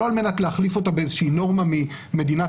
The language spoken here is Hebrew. לא על-מנת להחליף אותה באיזו שהיא נורמה ממדינות